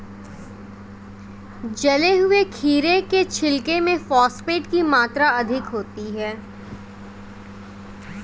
जले हुए खीरे के छिलके में फॉस्फेट की मात्रा अधिक होती है